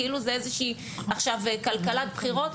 כאילו זה איזושהי עכשיו כלכלת בחירות.